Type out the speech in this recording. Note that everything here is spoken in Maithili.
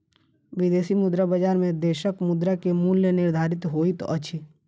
विदेशी मुद्रा बजार में देशक मुद्रा के मूल्य निर्धारित होइत अछि